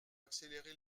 accélérer